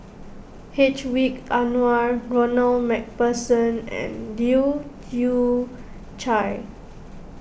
Hedwig Anuar Ronald MacPherson and Leu Yew Chye